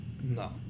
No